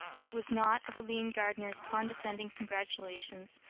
it was not of aline gardner's condescending congratulations,